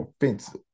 offensive